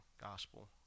gospel